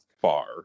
far